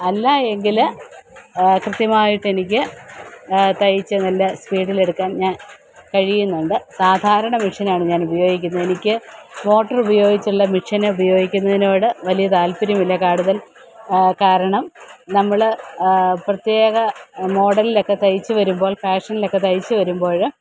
അല്ലായെങ്കിൽ കൃത്യമായിട്ടെനിക്ക് തയ്ച്ച് നല്ല സ്പീഡിലെടുക്കാൻ ഞാൻ കഴിയുന്നുണ്ട് സാധാരണ മിഷ്യനാണ് ഞാൻ ഉപയോഗിക്കുന്നത് എനിക്ക് മോട്ടറുപയോഗിച്ചുള്ള മിഷ്യനെ ഉപയോഗിക്കുന്നതിനോട് വലിയ താൽപ്പര്യമില്ല കൂടുതൽ കാരണം നമ്മൾ പ്രത്യേക മോഡലിലൊക്ക തയ്ച്ച് വരുമ്പോൾ ഫാഷനിലൊക്ക തയ്ച്ച് വരുമ്പോൾ